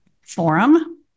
forum